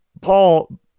Paul